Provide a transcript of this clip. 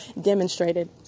demonstrated